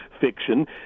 fiction